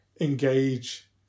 engage